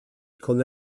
con